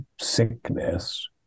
sickness